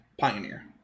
Pioneer